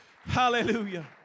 Hallelujah